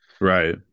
Right